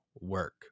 work